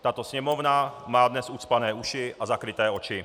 Tato Sněmovna má dnes ucpané uši a zakryté oči.